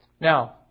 Now